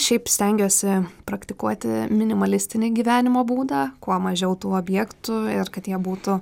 šiaip stengiuosi praktikuoti minimalistinį gyvenimo būdą kuo mažiau tų objektų ir kad jie būtų